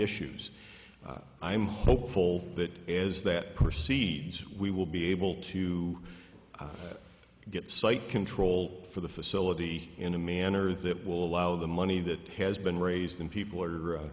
issues i'm hopeful that as that proceeds we will be able to get site control for the facility in a manner that will allow the money that has been raised and people are